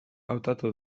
hautatu